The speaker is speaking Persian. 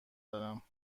دارم